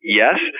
yes